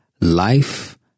Life